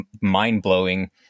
mind-blowing